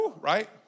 Right